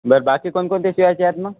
बरं बाकी कोणकोणते शिवायचे आहेत मग